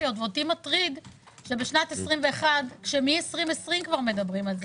ספציפיות ואותי מטריד שמ-2020 מדברים על זה.